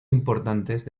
importantes